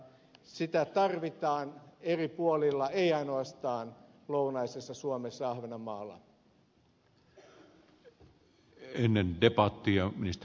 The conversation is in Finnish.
sitä tarvitaan eri puolilla ei ainoastaan lounaisessa suomessa ahvenanmaalla